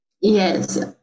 Yes